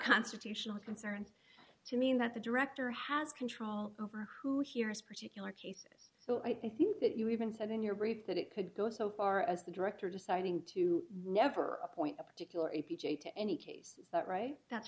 constitutional concern to mean that the director has control over who hears particular cases so i think that you even said in your brief that it could go so far as the director deciding to never appoint a particular a p j to any case is that right that's